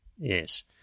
Yes